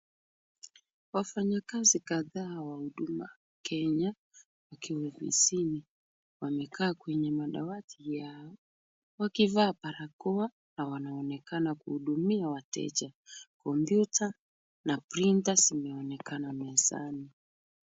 Wafanyakazi kadhaa wa huduma Kenya wakiwa ofisini. Wamekaa kwenye madawati wakivaa barakoa na wanaonekana kuhudumia wateja. Kompyuta na printers zimeonekana mezani.